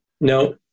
No